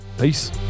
Peace